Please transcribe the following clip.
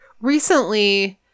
recently